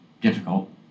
difficult